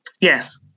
Yes